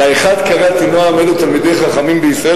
"לאחד קראתי נעם" אלו תלמידי חכמים בישראל,